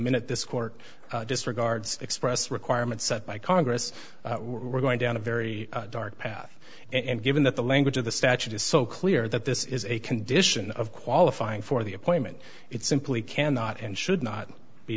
minute this court disregards express requirements set by congress we're going down a very dark path and given that the language of the statute is so clear that this is a condition of qualifying for the appointment it simply cannot and should not be